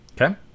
Okay